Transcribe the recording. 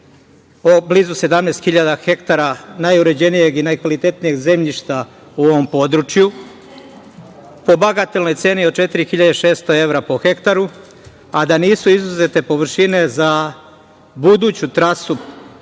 od blizu 17 hiljada hektara najuređenijeg i najkvalitetnijeg zemljišta u ovom području po bagatelnoj ceni od 4.600 evra po hektaru, a da nisu izuzete površine za buduću trasu